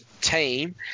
team